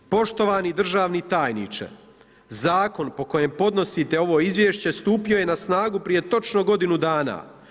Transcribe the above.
Poštovani državni tajniče, Zakon po kojem podnosite ovo Izvješće, stupio je na snagu prije točno godinu dana.